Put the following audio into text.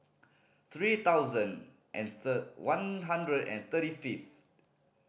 three thousand and third one hundred and thirty fifth